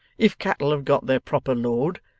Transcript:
if cattle have got their proper load,